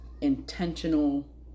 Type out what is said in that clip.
Intentional